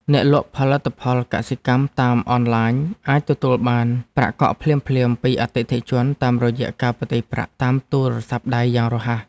អ្នកលក់ផលិតផលកសិកម្មតាមអនឡាញអាចទទួលបានប្រាក់កក់ភ្លាមៗពីអតិថិជនតាមរយៈការផ្ទេរប្រាក់តាមទូរស័ព្ទដៃយ៉ាងរហ័ស។